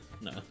No